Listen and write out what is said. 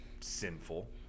sinful